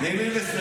תני לי לסיים.